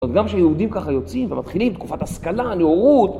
גם כשיהודים ככה יוצאים ומתחילים תקופת השכלה, הנאורות...